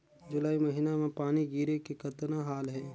जुलाई महीना म पानी गिरे के कतना हाल हे?